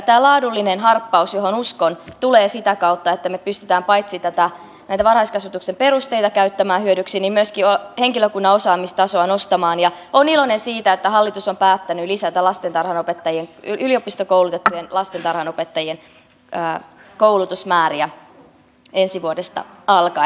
tämä laadullinen harppaus johon uskon tulee sitä kautta että me pystymme paitsi näitä varhaiskasvatuksen perusteita käyttämään hyödyksi myöskin henkilökunnan osaamistasoa nostamaan ja olen iloinen siitä että hallitus on päättänyt lisätä yliopistokoulutettujen lastentarhanopettajien koulutusmääriä ensi vuodesta alkaen